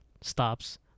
stops